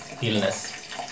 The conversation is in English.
illness